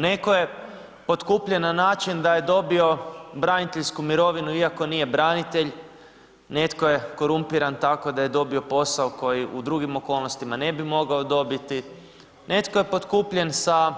Netko je potkupljen na način da je dobio braniteljsku mirovinu, iako nije branitelj, netko je korumpiran, tako da je dobio posao, koji u drugim okolnostima ne bi mogao dobiti, netko je potkupljen sa